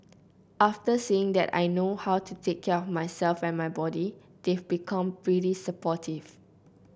after seeing that I know how to take care of myself and my body they've become pretty supportive